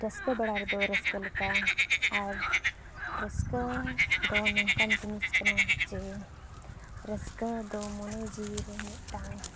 ᱨᱟᱹᱥᱠᱟᱹ ᱵᱮᱲᱟ ᱨᱮᱫᱚ ᱨᱟᱹᱥᱠᱟᱹ ᱞᱮᱠᱟ ᱟᱨ ᱨᱟᱹᱥᱠᱟᱹ ᱫᱚ ᱱᱚᱝᱠᱟᱱ ᱡᱤᱱᱤᱥ ᱠᱟᱱᱟ ᱡᱮ ᱨᱟᱹᱥᱠᱟᱹ ᱫᱚ ᱢᱚᱱᱮ ᱡᱤᱣᱤᱨᱮ ᱢᱤᱫᱴᱟᱝ